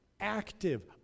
active